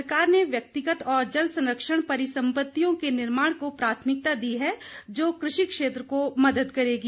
सरकार ने व्यक्तिगत और जल संरक्षण परिसंपत्तियों के निर्माण को प्राथमिकता दी है जो कृषि क्षेत्र को मदद करेगी